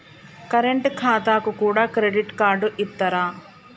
Current ఖాతాకు కూడా credit card ఇత్తరా?